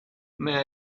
may